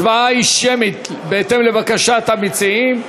ההצבעה היא שמית, בהתאם לבקשת המציעים.